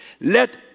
let